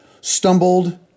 stumbled